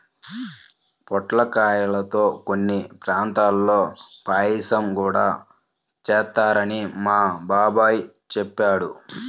పొట్లకాయల్తో కొన్ని ప్రాంతాల్లో పాయసం గూడా చేత్తారని మా బాబాయ్ చెప్పాడు